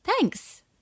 thanks